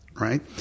right